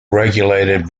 regulated